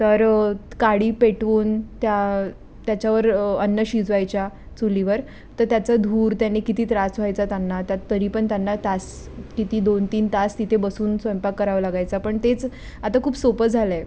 तर काडी पेटवून त्या त्याच्यावर अन्न शिजवायच्या चुलीवर तर त्याचं धूर त्याने किती त्रास व्हायचा त्यांना त्यात तरी पण त्यांना तास किती दोन तीन तास तिथे बसून स्वयंपाक करावा लागायचा पण तेच आता खूप सोपं झालं आहे